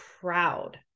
proud